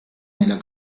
nella